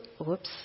whoops